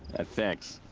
ah, thanks.